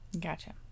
Gotcha